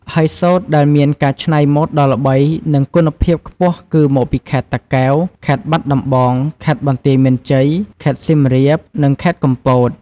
ហើយសូត្រដែលមានការច្នៃម៉ូតដ៏ល្បី និងគុណភាព ខ្ពស់គឺមកពីខេត្តតាកែវ ខេត្តបាត់ដំបង ខេត្តបន្ទាយមានជ័យ ខេត្តសៀមរាប និងខេត្តកំពត។